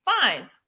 Fine